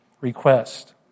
request